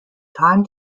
time